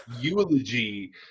eulogy